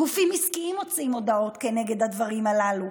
גופים עסקיים מוציאים הודעות כנגד הדברים הללו,